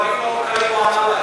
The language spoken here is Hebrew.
אבל על הכפרים הלא-מוכרים הוא לא ענה.